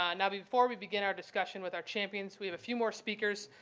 um now, before we begin our discussion with our champions, we have a few more speakers.